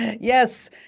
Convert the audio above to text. Yes